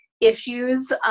issues